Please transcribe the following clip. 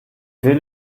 will